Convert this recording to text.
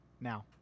now